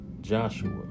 Joshua